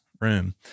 room